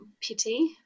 pity